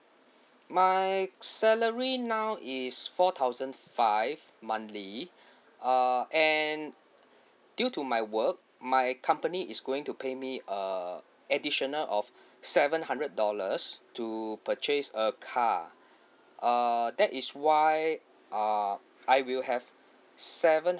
my salary now is four thousand five monthly err and due to my work my company is going to pay me err additional of seven hundred dollars to purchase a car err that is why err I will have seven